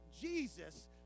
jesus